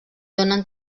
donen